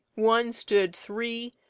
one stood three,